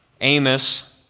Amos